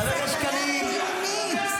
חבר הכנסת אושר שקלים.